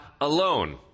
alone